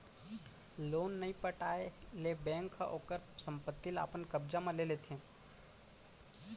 loan नइ पटाए ले बेंक ह ओखर संपत्ति ल अपन कब्जा म ले लेथे